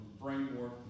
framework